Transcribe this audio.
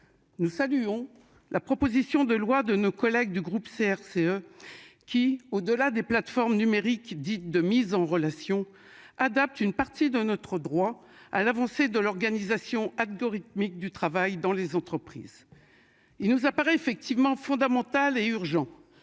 Nous saluons la proposition de loi de nos collègues du groupe CRCE. Qui au-delà des plateformes numériques dite de mise en relation adapte une partie de notre droit à l'avancée de l'organisation algorithmique du travail dans les entreprises. Il nous apparaît effectivement fondamental et urgent.